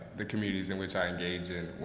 the communities in which i engage in,